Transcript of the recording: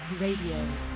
radio